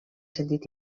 sentit